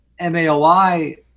MAOI